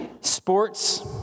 Sports